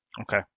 Okay